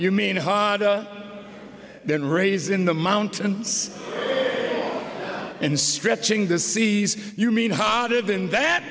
you mean honda then raise in the mountains and stretching the seas you mean hotter than that